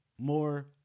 more